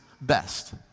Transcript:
best